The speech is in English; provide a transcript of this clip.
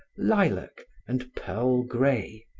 lilac and pearl grey,